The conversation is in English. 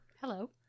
Hello